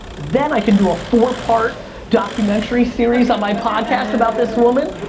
then i can do a four part documentary series on my podcast about this woman,